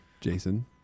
Jason